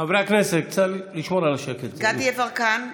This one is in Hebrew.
דסטה גדי יברקן,